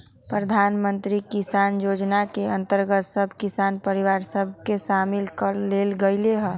प्रधानमंत्री किसान जोजना के अंतर्गत सभ किसान परिवार सभ के सामिल क् लेल गेलइ ह